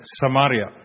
Samaria